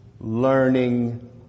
learning